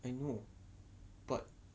I know but